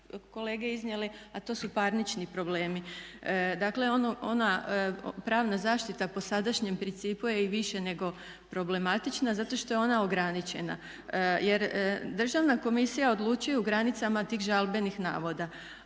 kolege iznijeli, a to su parnični problemi. Dakle, ona pravna zaštita po sadašnjem principu je i više nego problematična zato što je ona ograničena. Jer Državna komisija odlučuje u granicama tih žalbenih navoda